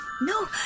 No